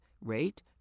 rate